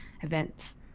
events